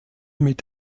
mit